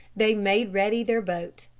they made ready their boat.